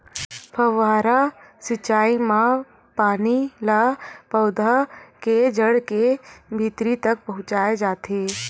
फव्हारा सिचई म पानी ल पउधा के जड़ के भीतरी तक पहुचाए जाथे